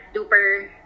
duper